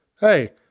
Hey